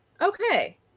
okay